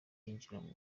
yinjiye